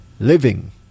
living